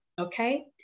Okay